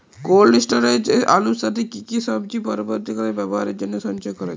Cold স্টোরেজে আলুর সাথে কি কি সবজি পরবর্তীকালে ব্যবহারের জন্য সঞ্চয় করা যায়?